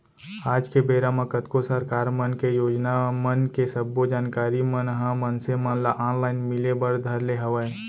आज के बेरा म कतको सरकार मन के योजना मन के सब्बो जानकारी मन ह मनसे मन ल ऑनलाइन मिले बर धर ले हवय